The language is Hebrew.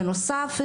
בנוסף,